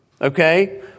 Okay